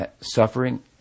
suffering